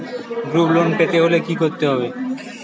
Group loan পেতে হলে কি করতে হবে?